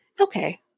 okay